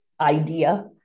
idea